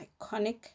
iconic